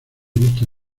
gusta